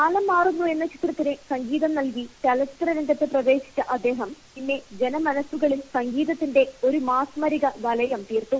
കാലം മാറുന്നു എന്ന ചിത്രത്തിന് സംഗിതം നൽകി ചലച്ചിത്ര രംഗത്ത് പ്രവേശിച്ച അദ്ദേഹം പിന്നെ ജനമനസ്സുകളിൽ സംഗിതത്തിന്റെ ഒരു മാസ്മരിക വലയം തീർത്തു